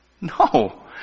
No